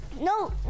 No